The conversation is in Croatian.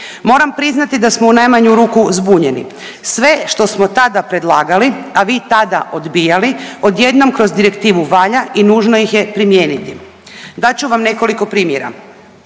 Moram priznati da smo u najmanju ruku zbunjeni, sve što smo tada predlagali, a vi tada odbijali odjednom kroz direktivu valja i nužno ih je primijeniti. Dat ću vam nekoliko primjera,